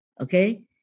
Okay